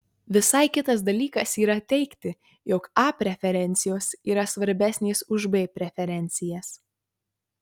visai kitas dalykas yra teigti jog a preferencijos yra svarbesnės už b preferencijas